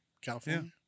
California